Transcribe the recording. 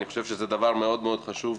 אני חושב שזה דבר מאוד מאוד חשוב,